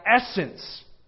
essence